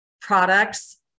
products